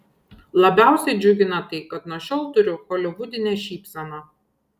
labiausiai džiugina tai kad nuo šiol turiu holivudinę šypseną